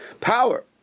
power